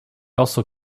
also